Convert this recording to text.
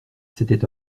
c’était